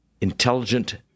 intelligent